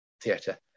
theatre